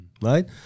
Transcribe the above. right